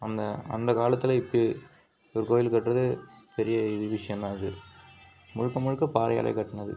அந்த அந்த காலத்தில் இப்படி ஒரு கோவில் கட்டுறது பெரிய விஷ்யம்தான் அது முழுக்க முழுக்க பாறையாலேயே கட்டினது